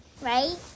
right